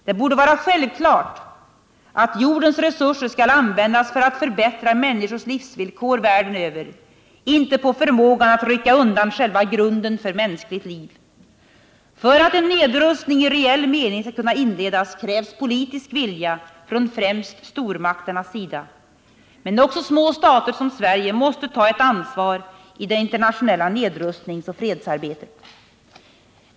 Det borde vara självklart att jordens resurser skall användas för att förbättra människors livsvillkor världen över — inte för att öka förmågan att rycka undan själva grunden för mänskligt liv. För att en nedrustning i reell mening skall kunna inledas krävs politisk vilja från främst stormakternas sida. Men också små stater som Sverige måste ta ett ansvar i det internationella nedrustningsoch fredsarbetet.